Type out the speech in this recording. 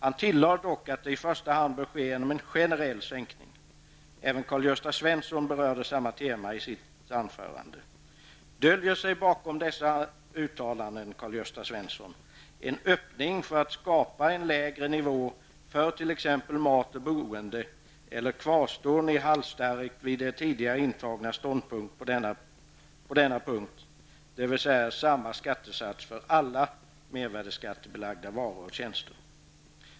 Han tillade dock att det i första hand bör ske genom en generell sänkning. Karl-Gösta Svenson berörde samma tema i sitt anförande. Döljer sig bakom detta uttalande, Karl-Gösta Svenson, en öppning för att skapa en lägre nivå för t.ex. mat och boende, eller kvarstår ni halsstarrigt vid er tidigare ståndpunkt, dvs. samma skattesats för alla mervärdeskattebelagda varor och tjänster?